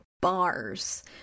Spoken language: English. bars